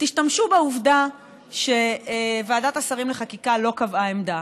תשתמשו בעובדה שוועדת השרים לחקיקה לא קבעה עמדה